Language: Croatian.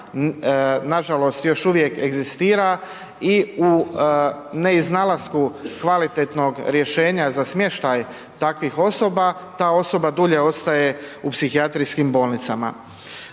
nažalost još uvijek egzistira i u neiznalasku kvalitetnog rješenja za smještaj takvih osoba, ta osoba dulje ostaje u psihijatrijskim bolnicama.